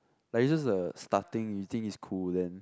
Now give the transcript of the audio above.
like it's just the starting you think it's cool then